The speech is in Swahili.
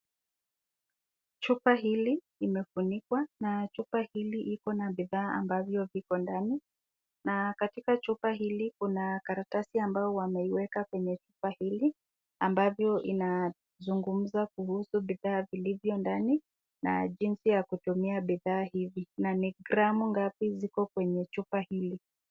Chupa hili imefunikwa, na chupa hili iko na bidhaa ambavyo iko ndani, na katika chupa hili kuna karatasi ambayo wameiweka kwenye chupa hili, ambavyo inazungumza kuhusu bidhaa vilivyo ndani, na jinsi ya kutumia bidhaa hizi, na ni gramu ngapi ziko kwenye chupa hili.